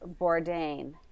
Bourdain